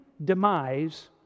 demise